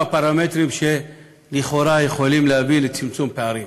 פרמטרים שלכאורה יכולים להביא לצמצום פערים.